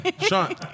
Sean